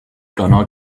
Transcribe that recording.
gonna